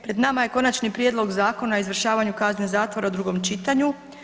Pred nama je Konačni prijedlog zakona o izvršavanju kazne zatvora u drugom čitanju.